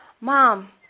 Mom